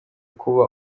kuba